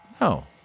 no